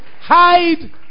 hide